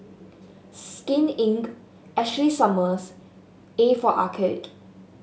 Skin Inc Ashley Summers A for Arcade